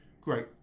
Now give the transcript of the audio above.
Great